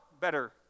better